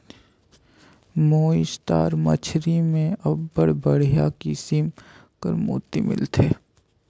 oyster मछरी में अब्बड़ बड़िहा किसिम कर मोती मिलथे